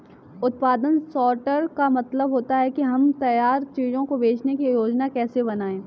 उत्पादन सॉर्टर का मतलब होता है कि हम तैयार चीजों को बेचने की योजनाएं कैसे बनाएं